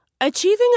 Achieving